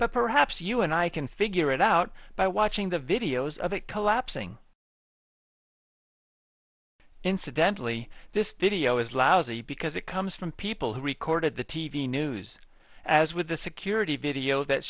but perhaps you and i can figure it out by watching the videos of it collapsing incidentally this video is lousy because it comes from people who recorded the t v news as with the security video that